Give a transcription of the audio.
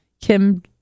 Kim